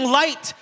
light